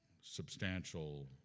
substantial